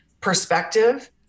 Perspective